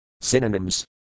Synonyms